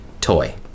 toy